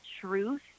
truth